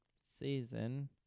season